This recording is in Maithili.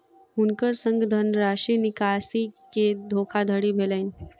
हुनकर संग धनराशि निकासी के धोखादड़ी भेलैन